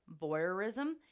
voyeurism